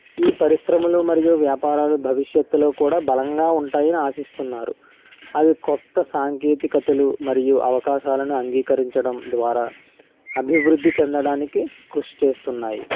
ఈ పరిశ్రమలు మరియు వ్యాపారాలు భవిష్యత్తులో కూడా బలంగా ఉంటాయని ఆశిస్తున్నారు అవి కొత్త సాంకేతికతలు మరియు అవకాశాలను అంగీకరించడం ద్వారా అభివృద్ధి చెందడానికి కృషి చేస్తున్నాయి